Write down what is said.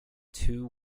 two